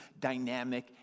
dynamic